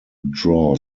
draw